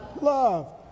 Love